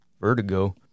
Vertigo